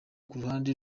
kuruhande